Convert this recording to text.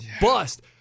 bust